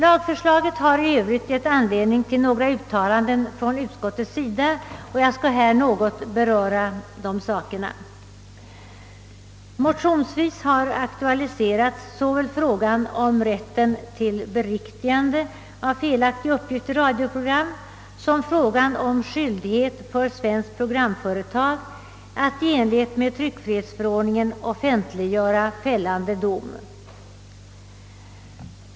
Lagförslaget har i övrigt givit anledning till några uttalanden från utskottets sida, vilka jag något skall beröra. Motionsvis har aktualiserats såväl frågan om rätten till beriktigande av felaktig uppgift i radioprogram som frågan om skyldighet för svenskt programföretag att i enlighet med tryckfrihetsförordningen offentliggöra fällande dom.